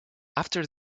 after